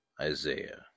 Isaiah